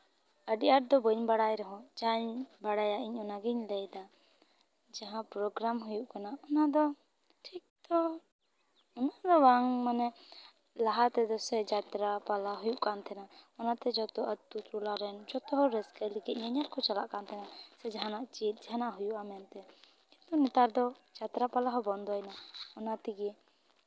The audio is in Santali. ᱟᱹᱰᱤ ᱟᱸᱴ ᱫᱚ ᱵᱟᱹᱧ ᱵᱟᱲᱟᱭ ᱨᱮᱦᱚᱸ ᱡᱟᱧ ᱵᱟᱲᱟᱭᱟ ᱤᱧ ᱚᱱᱟ ᱜᱤᱧ ᱞᱟᱹᱭᱫᱟ ᱡᱟᱦᱟᱸ ᱯᱨᱳᱜᱨᱟᱢ ᱦᱩᱭᱩᱜ ᱠᱟᱱᱟ ᱚᱱᱟ ᱫᱚ ᱴᱷᱤᱠ ᱫᱚ ᱩᱱᱟᱹᱜ ᱫᱚ ᱵᱟᱝ ᱢᱟᱱᱮ ᱞᱟᱦᱟ ᱛᱮᱫᱚ ᱥᱮ ᱡᱟᱛᱨᱟ ᱯᱟᱞᱟ ᱦᱩᱭᱩᱜ ᱠᱟᱱ ᱛᱟᱦᱮᱱᱟ ᱚᱱᱟᱛᱮ ᱡᱚᱛᱚ ᱟᱛᱳ ᱴᱚᱞᱟᱨᱮᱱ ᱡᱚᱛᱚ ᱦᱚᱲ ᱨᱟᱹᱥᱠᱟᱹ ᱞᱟᱹᱜᱤᱫ ᱧᱮᱧᱮᱞ ᱠᱚ ᱪᱟᱞᱟᱜ ᱠᱟᱱ ᱛᱟᱦᱮᱱ ᱥᱮ ᱡᱟᱦᱟᱱᱟᱜ ᱪᱮᱫ ᱡᱟᱦᱟᱱᱟᱜ ᱦᱩᱭᱩᱜᱼᱟ ᱢᱮᱱᱛᱮ ᱠᱤᱱᱛᱩ ᱱᱮᱛᱟᱨ ᱫᱚ ᱡᱟᱛᱨᱟ ᱯᱟᱞᱟ ᱦᱚᱸ ᱵᱚᱱᱫᱚᱭᱮᱱᱟ ᱚᱱᱟ ᱛᱮᱜᱮ